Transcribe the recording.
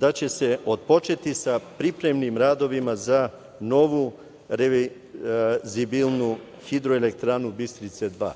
da će se otpočeti sa pripremnim radovima za novu revizibilnu Hidroelektranu „Bistrica 2“.